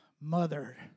mother